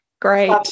Great